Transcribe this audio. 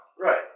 Right